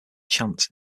chants